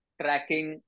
tracking